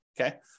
okay